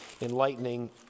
enlightening